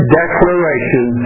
declaration